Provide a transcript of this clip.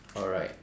alright